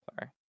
sorry